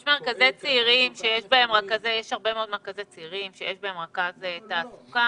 יש הרבה מאוד מרכזי צעירים שיש בהם רכז תעסוקה.